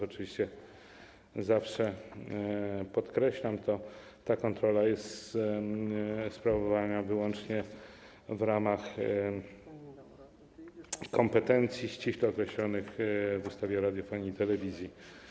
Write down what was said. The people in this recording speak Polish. Oczywiście zawsze podkreślam to, że ta kontrola jest sprawowana wyłącznie w ramach kompetencji ściśle określonych w ustawie o radiofonii i telewizji.